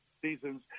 seasons